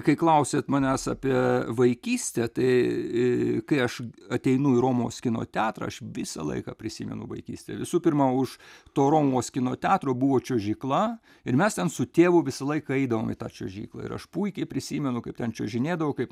kai klausėt manęs apie vaikystę tai kai aš ateinu į romuvos kino teatrą aš visą laiką prisimenu vaikystę visų pirma už to romuvos kino teatro buvo čiuožykla ir mes ten su tėvu visą laiką eidavom į tą čiuožyklą ir aš puikiai prisimenu kaip ten čiuožinėdavau kaip